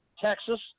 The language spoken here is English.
Texas